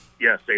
Yes